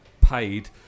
paid